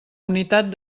unitat